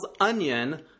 Onion